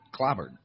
clobbered